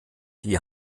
die